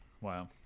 Wow